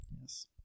Yes